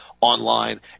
online